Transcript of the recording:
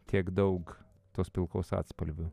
tiek daug tos pilkos atspalvių